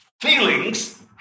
Feelings